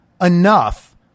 enough